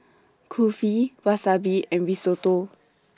Kulfi Wasabi and Risotto